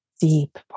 deep